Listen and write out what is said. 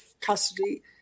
custody